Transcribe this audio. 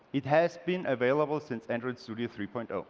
it has been available since android studio three point ah